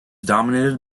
dominated